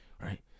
right